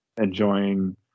enjoying